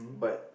but